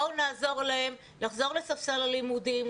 בואו נעזור להם לחזור לספסל הלימודים,